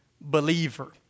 believer